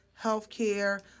healthcare